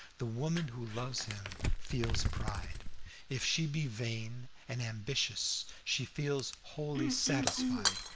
the woman who loves him feels pride if she be vain and ambitious, she feels wholly satisfied,